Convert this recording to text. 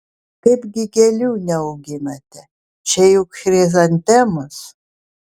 kaipgi gėlių neauginate čia juk chrizantemos